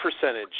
percentage